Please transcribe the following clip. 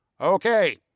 Okay